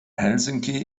helsinki